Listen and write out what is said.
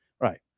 Right